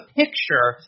picture